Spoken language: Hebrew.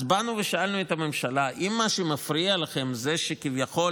אז שאלנו את הממשלה: אם מה שמפריע לכם הוא שכביכול